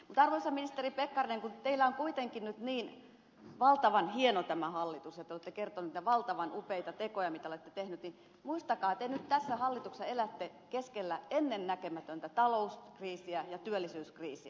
mutta arvoisa ministeri pekkarinen kun teillä on kuitenkin nyt niin valtavan hieno tämä hallitus ja te olette kertonut niitä valtavan upeita tekoja mitä olette tehnyt niin muistakaa että te nyt tässä hallituksessa elätte keskellä ennennäkemätöntä talouskriisiä ja työllisyyskriisiä